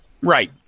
Right